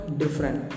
different